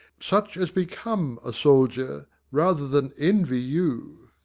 such as become a soldier, rather than envy you.